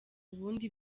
ubundi